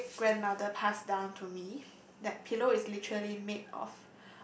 great grandmother passed down to me that pillow is literally made of